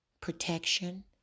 protection